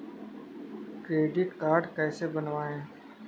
Credit card कैसे बनवाएँ?